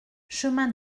chemin